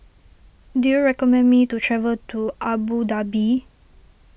do you recommend me to travel to Abu Dhabi